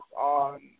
on